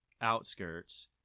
outskirts